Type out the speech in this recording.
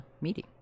meeting